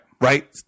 Right